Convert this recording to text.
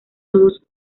todos